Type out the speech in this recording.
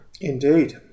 Indeed